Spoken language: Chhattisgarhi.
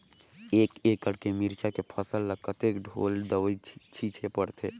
एक एकड़ के मिरचा के फसल म कतेक ढोल दवई छीचे पड़थे?